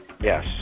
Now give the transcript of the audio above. Yes